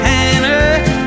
Hannah